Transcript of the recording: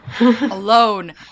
alone